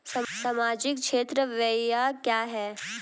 सामाजिक क्षेत्र व्यय क्या है?